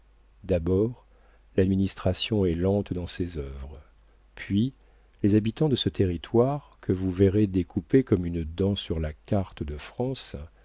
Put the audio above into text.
d'abord l'administration est lente dans ses œuvres puis les habitants de ce territoire que vous verrez découpé comme une dent sur la carte de france